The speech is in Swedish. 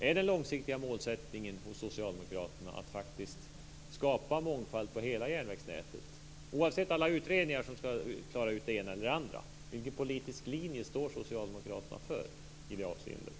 Är den långsiktiga målsättningen hos Socialdemokraterna att faktiskt skapa mångfald på hela järnvägsnätet, oavsett alla utredningar som ska klara ut det ena eller det andra? Vilken politisk linje Socialdemokraterna står för i det avseendet?